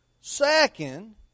Second